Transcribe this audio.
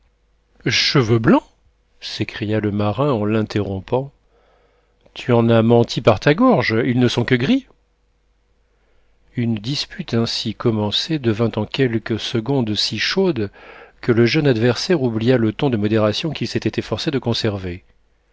cheveux blancs s'écria le marin en l'interrompant tu en as menti par ta gorge ils ne sont que gris une dispute ainsi commencée devint en quelques secondes si chaude que le jeune adversaire oublia le ton de modération qu'il s'était efforcé de conserver